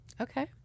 Okay